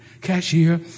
cashier